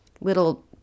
little